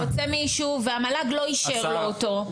הוא רוצה מישהו והמל"ג לא אישר לו אותו.